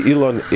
Elon